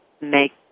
make